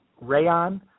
rayon